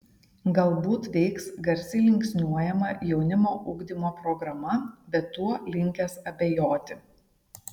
galbūt veiks garsiai linksniuojama jaunimo ugdymo programa bet tuo linkęs abejoti